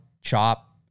chop